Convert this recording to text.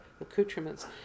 accoutrements